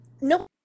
No